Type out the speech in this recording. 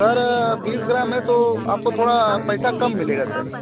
sir बीस gram है तो आपको थोड़ा पैसा कम मिलेगा सर